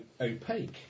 opaque